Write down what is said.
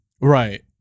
Right